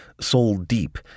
soul-deep